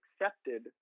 accepted